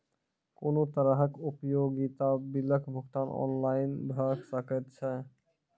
कुनू तरहक उपयोगिता बिलक भुगतान ऑनलाइन भऽ सकैत छै?